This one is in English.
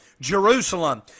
Jerusalem